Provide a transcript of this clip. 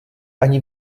ani